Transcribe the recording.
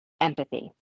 empathy